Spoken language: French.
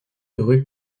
rue